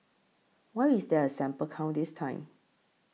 why is there a sample count this time